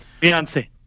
Beyonce